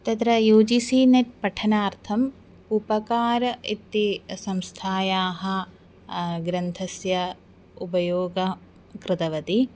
तत्र U G C NET पठनार्थम् उपकारः इति संस्थायाः ग्रन्थस्य उपयोगं कृतवती